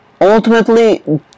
ultimately